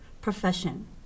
profession